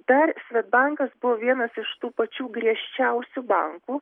dar svedbankas buvo vienas iš tų pačių griežčiausių bankų